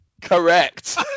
correct